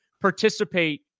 participate